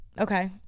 Okay